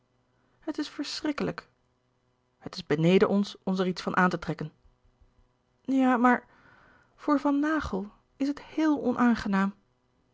het is verschrikkelijk het is beneden ons ons er iets van aan te trekken ja maar voor van naghel is het heel onaangenaam